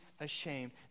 ashamed